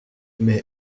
mais